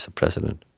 so president,